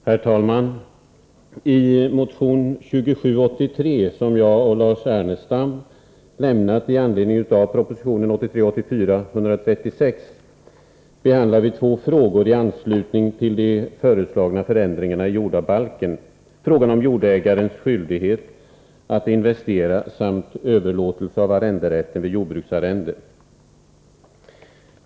Herr talman! I motion 2783, som jag och Lars Ernestam har lämnat i anledning av proposition 1983/84:136, behandlar vi två frågor i anslutning till de föreslagna förändringarna i jordabalken: frågan om jordägarens skyldighet att investera samt överlåtelse av arrenderätten vid jordbruksarrende.